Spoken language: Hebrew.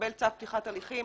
מקבל צו פתיחת הליכים,